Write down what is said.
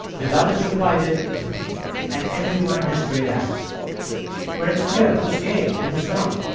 the love is requited and everyone has great abs where it's clear who's gay and who's not,